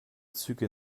züge